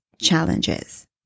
challenges